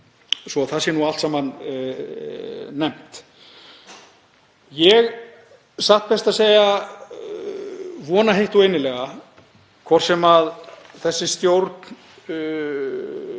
Svo að það sé nú allt saman nefnt. Ég satt best að segja vona heitt og innilega að hvort sem þessi stjórn